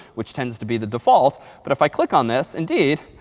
which tends to be the default. but if i click on this, indeed,